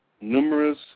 numerous